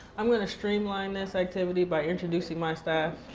i'm gonna streamline this activity by introducing my staff.